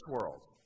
world